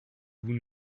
vous